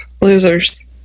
losers